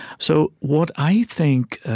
so what i think